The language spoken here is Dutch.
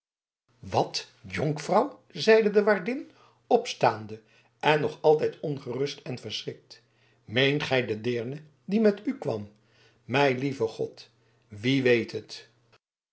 wat jonkvrouw zeide de waardin opstaande en nog altijd onthutst en verschrikt meent gij de deerne die met u kwam mijn lieve god wie weet het